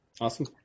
Awesome